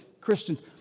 Christians